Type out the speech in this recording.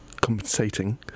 compensating